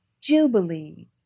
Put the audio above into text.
jubilee